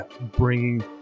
bringing